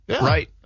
Right